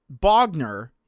Bogner